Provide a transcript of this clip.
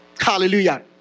Hallelujah